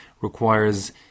requires